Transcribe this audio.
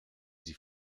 sie